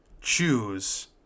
choose